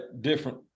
Different